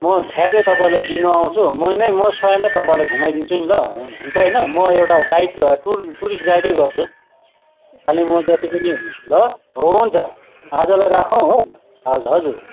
म ठ्याक्कै तपाईँलाई लिनु आउँछु मै नै म स्वयमै तपाईँलाई घुमाइदिन्छु ल हुन्छ होइन म एउटा गाइड टुर टुरिस्ट गाइडै गर्छु अलि म जति पनि हुनु ल हुन्छ आजलाई राखौँ हो हजुर हजुर